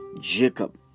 Jacob